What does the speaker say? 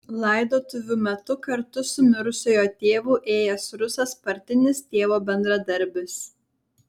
laidotuvių metu kartu su mirusiojo tėvu ėjęs rusas partinis tėvo bendradarbis